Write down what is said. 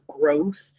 growth